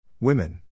Women